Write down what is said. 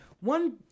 One